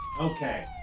Okay